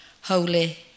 Holy